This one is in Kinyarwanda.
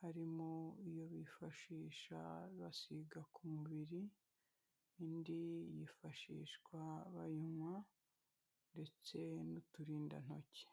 harimo iyo bifashisha basiga ku mubiri, indi yifashishwa bayinywa ndetse n'uturindantoki.